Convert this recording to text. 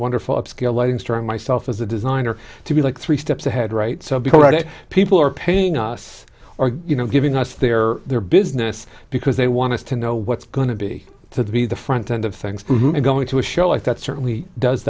wonderful upscale lighting strong myself as a designer to be like three steps ahead right some people that people are paying us or you know giving us their their business because they want to know what's going to be the be the front end of things going to a show like that certainly does